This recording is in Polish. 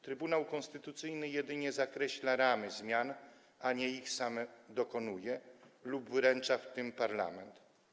Trybunał Konstytucyjny jedynie zakreśla ramy zmian, a nie sam ich dokonuje lub wyręcza w tym parlamentu.